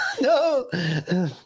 No